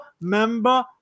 member